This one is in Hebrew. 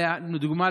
לדוגמה,